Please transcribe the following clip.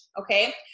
Okay